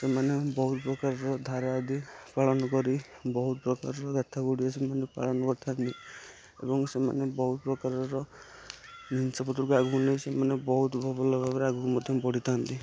ସେମାନେ ବହୁତ ପ୍ରକାରର ଧାରା ଆଦି ପାଳନ କରି ବହୁତ ପ୍ରକାରର ପ୍ରଥା ଗୁଡ଼ିକ ସେମାନେ ପାଳନ କରିଥାନ୍ତି ଏବଂ ସେମାନେ ବହୁତ ପ୍ରକାରର ଜିନିଷ ପତ୍ରକୁ ଆଗକୁ ନେଇ ସେମାନେ ବହୁତ ଭଲ ଭାବରେ ଆଗକୁ ମଧ୍ୟ ବଢ଼ିଥାନ୍ତି